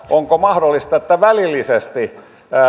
onko mahdollista että välillisesti